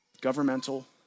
Governmental